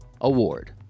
Award